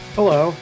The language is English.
hello